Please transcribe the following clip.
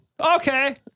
Okay